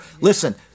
Listen